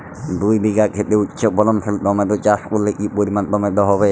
দুই বিঘা খেতে উচ্চফলনশীল টমেটো চাষ করলে কি পরিমাণ টমেটো হবে?